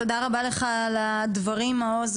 תודה רבה לך על הדברים מעוז,